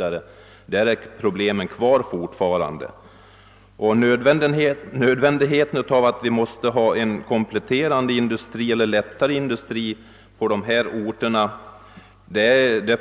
Att det är nödvändigt att ha en kompletterande, lättare industri på ifrågavarande orter beror